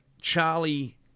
Charlie